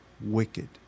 wicked